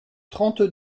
trente